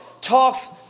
talks